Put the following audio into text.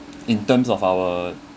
in terms of our